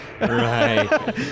Right